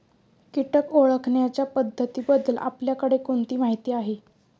कीटक ओळखण्याच्या पद्धतींबद्दल आपल्याकडे कोणती माहिती आहे?